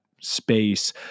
space